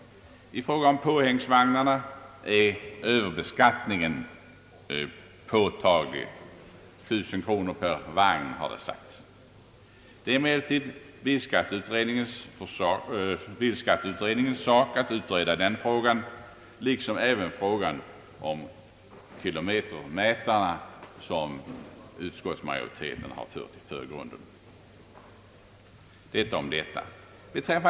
I fråga om påhängsvagnarna är överbeskattningen påtaglig — 1 000 kronor per vagn har det sagts. Det är emellertid bilskatteutredningens sak att utreda den frågan liksom även frågan om kilometermätare, som ut skottsmajoriteten har fört i förgrunden. Detta om detta.